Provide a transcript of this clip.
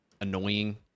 annoying